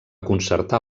concertar